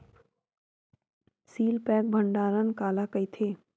Seal pack भंडारण काला कइथे?